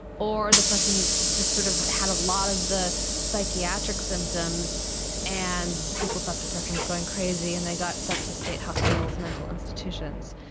or the person just sort of had a lot of the psychiatric symptoms and people thought the person was going crazy and they got sent to state hospitals, hospitals, mental institutions.